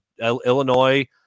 Illinois